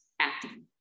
acting